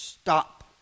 Stop